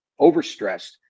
overstressed